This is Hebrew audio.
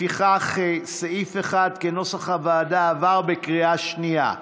לפיכך, סעיף 1, כנוסח הוועדה, עבר בקריאה שנייה.